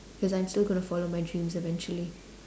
cause I'm still gonna follow my dreams eventually